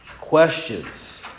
questions